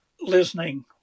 listening